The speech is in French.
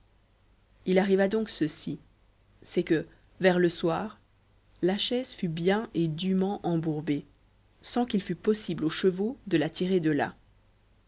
il arriva donc ceci c'est que vers le soir la chaise fut bien et dûment embourbée sans qu'il fût possible aux chevaux de la tirer de là